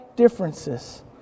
differences